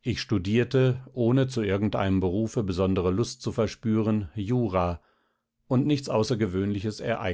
ich studierte ohne zu irgendeinem berufe besondere lust zu verspüren jura und nichts außergewöhnliches